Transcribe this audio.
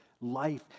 life